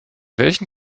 welchen